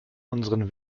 unseren